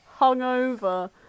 hungover